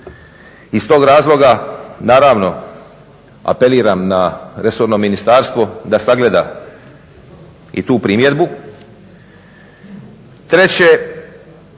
Iz tog razloga, naravno apeliram na resorno ministarstvo da sagleda i tu primjedbu.